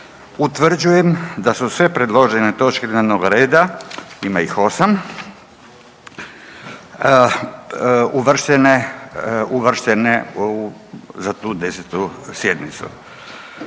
utvrđujem da su sve predložene točke dnevnog reda, ima ih 8, uvrštene za tu 10. sjednicu.